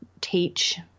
teach